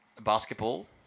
basketball